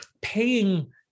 paying